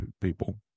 people